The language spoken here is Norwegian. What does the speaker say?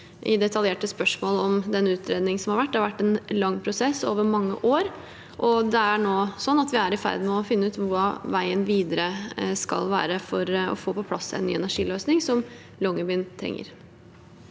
Det har vært en lang prosess over mange år, og nå er vi i ferd med å finne ut hva veien videre skal være for å få på plass en ny energiløsning, noe som Longyearbyen trenger.